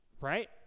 Right